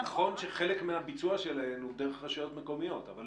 נכון שחלק מהביצוע שלהן הוא דרך הרשויות המקומיות אבל